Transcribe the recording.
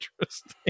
interesting